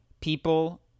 People